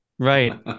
Right